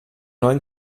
neuen